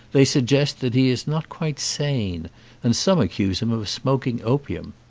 they suggest that he is not quite sane and some accuse him of smoking opium.